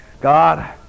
god